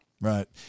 Right